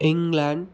England